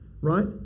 Right